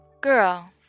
girl